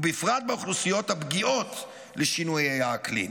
ובפרט באוכלוסיות הפגיעות לשינויי האקלים.